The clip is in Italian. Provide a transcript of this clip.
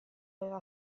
aveva